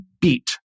beat